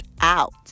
out